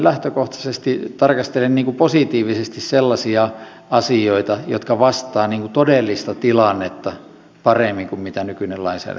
lähtökohtaisesti tarkastelen positiivisesti sellaisia asioita jotka vastaavat todellista tilannetta paremmin kuin mitä nykyinen lainsäädäntö tekee